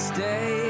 Stay